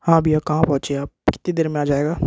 हाँ भैया कहाँ पहुँचे आप कितनी देर में आ जाएगा